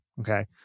okay